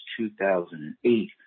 2008